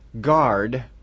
Guard